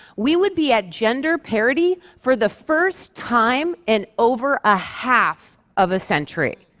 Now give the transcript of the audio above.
we would be at gender parity for the first time in over a half of a century.